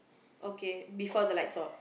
okay before the lights off